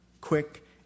quick